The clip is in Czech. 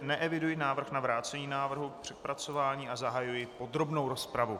Neeviduji návrh na vrácení návrhu k přepracování a zahajuji podrobnou rozpravu.